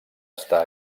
està